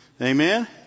Amen